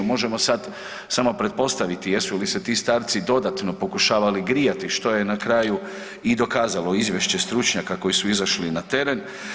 Možemo sad samo pretpostaviti jesu li se ti starci dodatno pokušavali grijati što je na kraju i dokazalo izvješće stručnjaka koji su izašli na teren.